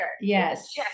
Yes